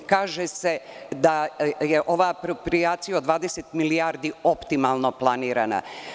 Kaže se da je ova aproprijacija od 20 milijardi optimalno planiran.